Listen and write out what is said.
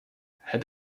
het